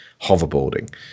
hoverboarding